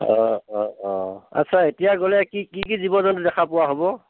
অ' অ' অ' আচ্ছা এতিয়া গ'লে কি কি জীৱ জন্তু দেখা পোৱা হ'ব